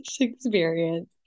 experience